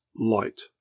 light